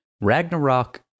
Ragnarok